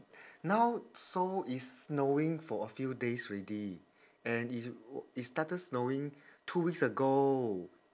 now seoul is snowing for a few days already and it it started snowing two weeks ago